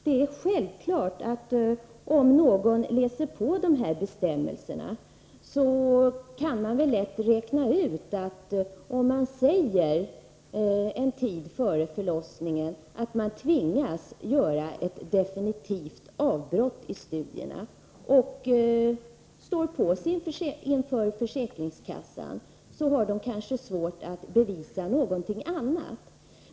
Det är självklart att den som läser på de här bestämmelserna lätt kan räkna ut att om man en tid före förlossningen säger att man tvingas göra ett definitivt avbrott i studierna och står på sig inför försäkringskassan, så kanske de där har svårt att bevisa något annat.